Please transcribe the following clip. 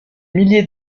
milliers